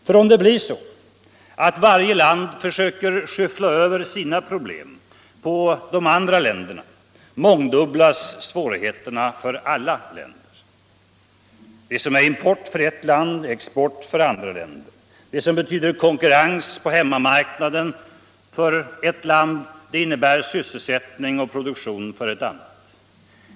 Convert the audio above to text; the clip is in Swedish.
För om det blir så att varje land försöker skyffla över sina problem på de andra länderna, så mångdubblas svårigheterna för alla länder. Det som är import för ett land är export för andra länder. Det som betyder konkurrens på hemmamarknaden för ett land innebär sysselsättning och produktion för ett annat.